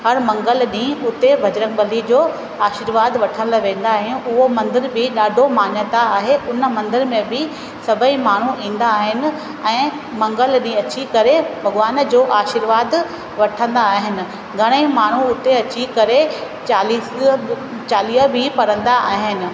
हर मंगल ॾींहु जो आशिर्वाद वठण लाइ वेंदा आहियूं उहो मंदर बि ॾाढो मान्यता आहे उन मंदिर में बि सभई माण्हू ईंदा आहिनि ऐं मंगल ॾींहु अची करे भॻिवान जो आशिर्वाद वठंदा आहिनि घणेई माण्हू उते अची करे चालीसो चालीहो बि पढ़ंदा आहिनि